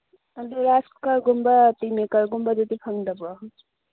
ꯑꯗꯨ ꯔꯥꯏꯁ ꯀꯨꯀꯔꯒꯨꯝꯕ ꯇꯤ ꯃꯦꯀꯔꯒꯨꯝꯕꯗꯨꯗꯤ ꯐꯪꯗꯕ꯭ꯔꯣ